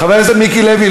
חבר הכנסת מיקי לוי,